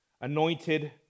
anointed